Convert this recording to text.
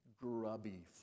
grubby